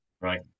Right